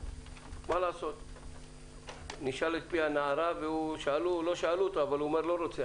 לא שאלו אותו אבל הוא אומר שהוא לא רוצה,